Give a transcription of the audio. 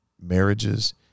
marriages